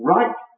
Right